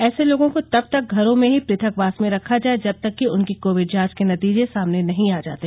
ऐसे लोगों को तब तक घरों में ही पृथकवास में रखा जाये जब तक कि उनकी कोविड जांच के नतीजे सामने नहीं आ जाते